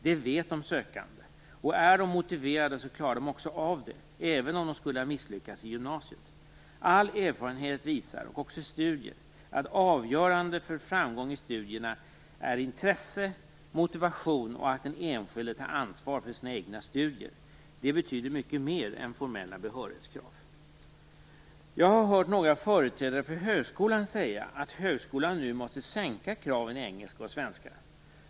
Detta vet de sökande, och är de motiverade klarar de också av det, även om de skulle ha misslyckats i gymnasiet. All erfarenhet, och också studier, visar att avgörande för framgång i studierna är intresse, motivation och att den enskilde tar ansvar för sina egna studier. Det betyder mycket mer än formella behörighetskrav. Jag har hört några företrädare för högskolan säga att högskolan nu måste sänka kraven i engelska och svenska.